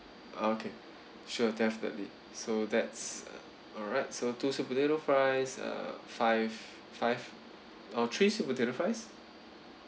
okay sure definitely so that's uh alright so two sweet potato fries uh five five oh three sweet potato fries